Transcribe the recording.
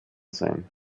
sein